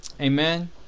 Amen